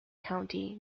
county